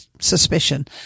suspicion